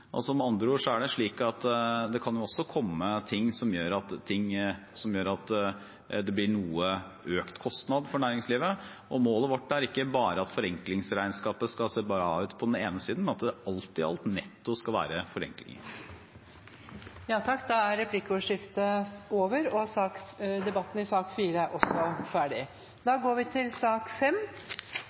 også sagt at vi skal se på nettoforenklingene. Det kan med andre ord også komme ting som gjør at det blir noe økte kostnader for næringslivet. Målet vårt er ikke bare at forenklingsregnskapet skal se bra ut på den ene siden, men at det alt i alt – netto – skal være forenklinger. Replikkordskiftet er omme. Flere har ikke bedt om ordet til sak